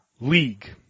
league